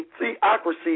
theocracy